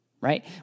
right